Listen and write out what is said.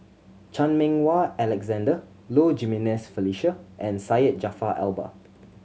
Chan Meng Wah Alexander Low Jimenez Felicia and Syed Jaafar Albar